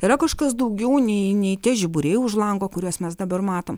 yra kažkas daugiau nei nei tie žiburiai už lango kuriuos mes dabar matom